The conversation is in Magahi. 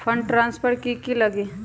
फंड ट्रांसफर कि की लगी?